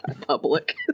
public